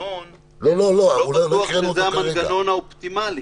מנגנון שלא בטוח שהוא המנגנון האופטימלי.